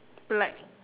black